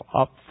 up